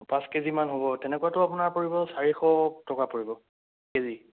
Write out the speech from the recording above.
পাঁচকেজি মান হ'ব তেনেকুৱাতো আপোনাৰ পৰিব চাৰিশ টকা পৰিব কেজি